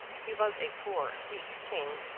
he was a poor weak king,